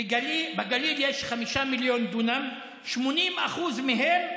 בגליל יש 5 מיליון דונם, 80% מהם